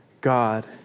God